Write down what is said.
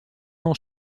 non